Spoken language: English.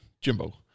Jimbo